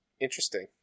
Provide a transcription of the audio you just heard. interesting